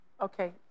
Okay